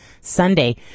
sunday